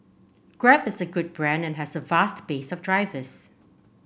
Grab is a good brand and has a vast base of drivers